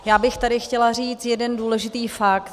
Já bych tady chtěla říci jeden důležitý fakt.